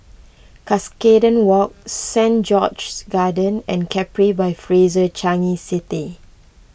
Cuscaden Walk Saint George's Garden and Capri by Fraser Changi City